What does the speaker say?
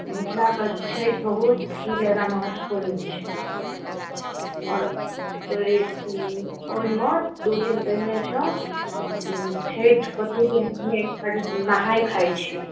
मिथलाके छठि बहुत ही ज्यादा महत्वपूर्ण छै आओर ओहि ओहिमे दू दिन पहिनेसँ छठिके दू दिन पहिने नहाय खाय छै